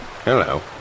Hello